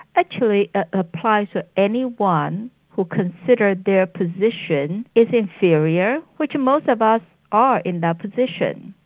actually applies to anyone who considers their position is inferior, which most of us are in that position,